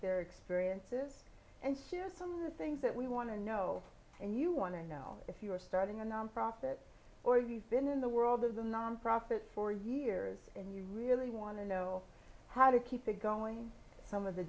their experiences and share some things that we want to know and you want to know if you're starting a nonprofit or you've been in the world of the nonprofit for years and you really want to know how to keep it going some of the